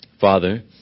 Father